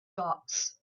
dots